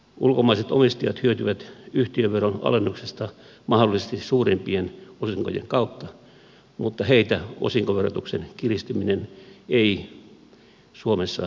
ulkomaiset omistajat hyötyvät yhtiöveron alennuksesta mahdollisesti suurimpien osinkojen kautta mutta heitä osinkoverotuksen kiristyminen suomessa ei liikuta